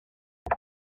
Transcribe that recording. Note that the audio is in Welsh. wnes